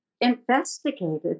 investigated